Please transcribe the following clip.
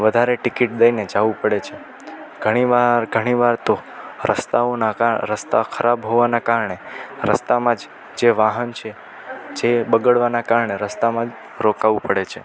વધારે ટિકિટ દઈને જવું પડે છે ઘણીવાર ઘણીવાર તો રસ્તાઓના રસ્તા ખરાબ હોવાના કારણે રસ્તામાં જ જે વાહન છે જે બગડવાના કારણે રસ્તામાં જ રોકાવું પડે છે